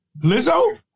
Lizzo